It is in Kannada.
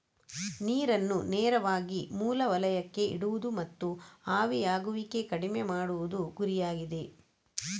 ನೀರನ್ನು ನೇರವಾಗಿ ಮೂಲ ವಲಯಕ್ಕೆ ಇಡುವುದು ಮತ್ತು ಆವಿಯಾಗುವಿಕೆ ಕಡಿಮೆ ಮಾಡುವುದು ಗುರಿಯಾಗಿದೆ